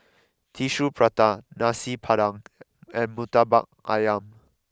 Tissue Prata Nasi Padang and Murtabak Ayam